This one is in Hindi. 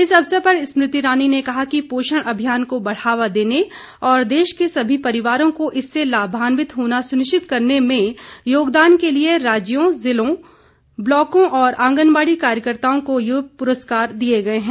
इस अवसर पर स्मृति ईरानी ने कहा कि पोषण अभियान को बढ़ावा देने और देश के सभी परिवारों को इससे लाभान्वित होना सुनिश्चित करने में योगदान के लिए राज्यों जिलों ब्लॉकों और आंगनवाड़ी कार्यकर्ताओं को ये पुरस्कार दिए गए हैं